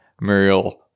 Muriel